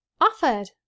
offered